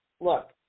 Look